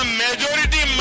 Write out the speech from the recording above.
majority